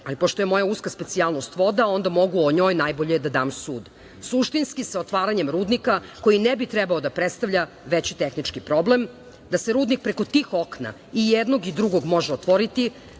ali pošto je moja uska specijalnost voda, onda mogu o njoj najbolje da dam sud. Suštinski sa otvaranjem rudnika, koji ne bi trebao da predstavlja veći tehnički problem, da se rudnik preko tih okna i jednog i drugog može otvoriti,